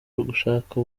gushaka